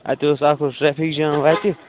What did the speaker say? اَتہِ اوس اَکھ اوس ٹرٛیفِک جام وَتہِ